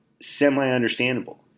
semi-understandable